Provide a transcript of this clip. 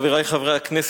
חברי חברי הכנסת,